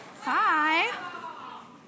Hi